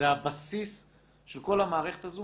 זה הבסיס של כל המערכת הזו